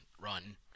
run